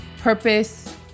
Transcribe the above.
purpose